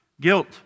Guilt